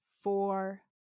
Four